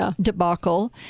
debacle